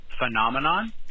Phenomenon